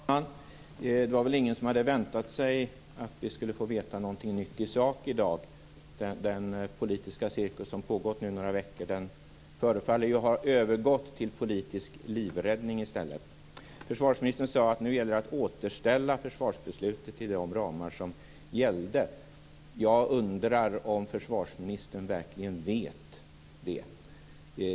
Fru talman! Det var väl ingen som hade väntat sig att vi skulle få veta något nytt i sak i dag. Den politiska cirkus som nu pågått några veckor förefaller i stället ha övergått i politisk livräddning. Försvarsministern sade att det nu gäller att återställa försvarsbeslutet till de ramar som gällde. Jag undrar om försvarsministern verkligen vet det.